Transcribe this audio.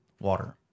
water